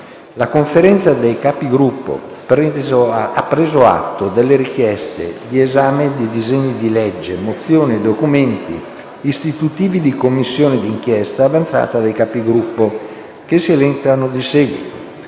La Conferenza dei Capigruppo ha preso atto delle richieste di esame di disegni di legge, mozioni e documenti istitutivi di Commissione d'inchiesta avanzate dai Capigruppo, che si elencano di seguito: